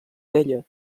vella